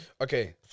Okay